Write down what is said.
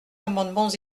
amendements